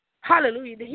hallelujah